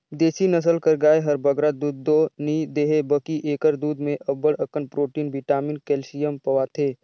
देसी नसल कर गाय हर बगरा दूद दो नी देहे बकि एकर दूद में अब्बड़ अकन प्रोटिन, बिटामिन, केल्सियम पवाथे